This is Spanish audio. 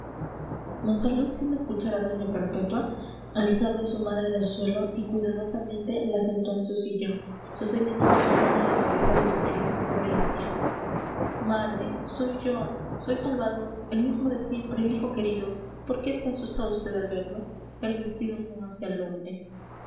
monsalud sin escuchar a doña perpetua alzaba a su madre del suelo y cuidadosamente la sentó en su sillón sosteniendo con sus manos la cabeza de la infeliz mujer le decía madre soy yo soy salvador el mismo de siempre el hijo querido por qué se ha asustado vd al verme el vestido no hace al hombre